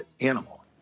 animal